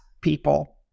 people